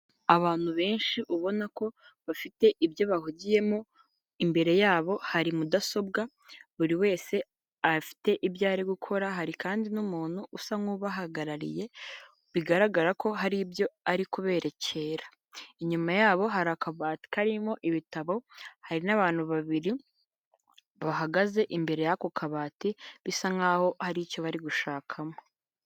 Abantu benshi ubona ko bafite ibyo bahugiyemo imbere yabo hari mudasobwa buri wese afite ibyo ari gukora hari kandi n'umuntu usa nk'ubahagarariye bigaragara ko hari ibyo aribererekera, inyuma yabo hari akabati karimo ibitabo hari n'abantu babiri bahagaze imbere y'ako kabati bisa nk'aho hari icyo bari gushakamo.